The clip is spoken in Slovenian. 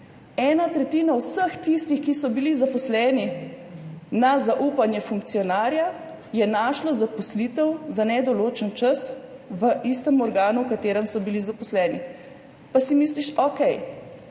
Ena tretjina vseh tistih, ki so bili zaposleni na zaupanje funkcionarja, je našla zaposlitev za nedoločen čas v istem organu, v katerem so bili zaposleni. Pa si misliš, okej,